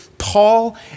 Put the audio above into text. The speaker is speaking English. Paul